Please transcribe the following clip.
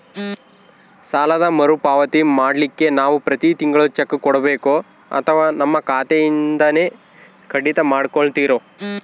ಸಾಲದ ಮರುಪಾವತಿ ಮಾಡ್ಲಿಕ್ಕೆ ನಾವು ಪ್ರತಿ ತಿಂಗಳು ಚೆಕ್ಕು ಕೊಡಬೇಕೋ ಅಥವಾ ನಮ್ಮ ಖಾತೆಯಿಂದನೆ ಕಡಿತ ಮಾಡ್ಕೊತಿರೋ?